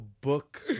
book